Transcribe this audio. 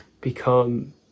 become